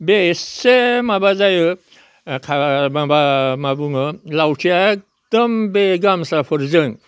बे एसे माबा जायो माबा मा बुङो लावथिया एखदम बे गामसाफोरजों